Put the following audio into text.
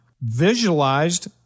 visualized